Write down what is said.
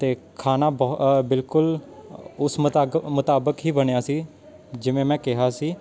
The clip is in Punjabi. ਅਤੇ ਖਾਣਾ ਬਹੁ ਬਿਲਕੁਲ ਉਸ ਮੁਤਾਕ ਮੁਤਾਬਿਕ ਹੀ ਬਣਿਆ ਸੀ ਜਿਵੇਂ ਮੈਂ ਕਿਹਾ ਸੀ